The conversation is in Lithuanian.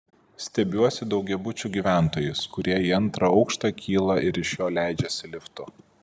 stebiuosi daugiabučių gyventojais kurie į antrą aukštą kyla ir iš jo leidžiasi liftu